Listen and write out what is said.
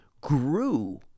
grew